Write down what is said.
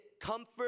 comfort